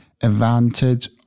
advantage